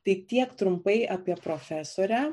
tai tiek trumpai apie profesorę